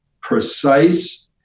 precise